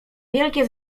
wielkie